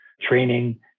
training